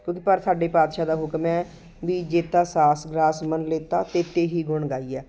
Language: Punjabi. ਕਿਉਂਕਿ ਪਰ ਸਾਡੇ ਪਾਤਸ਼ਾਹ ਦਾ ਹੁਕਮ ਹੈ ਵੀ ਜੇਤਾ ਸਾਸ ਗ੍ਰਾਸ ਮਨ ਲੇਤਾ ਤੇਤੇ ਹੀ ਗੁਣ ਗਾਈਐ